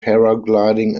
paragliding